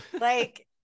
Like-